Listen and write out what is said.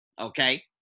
okay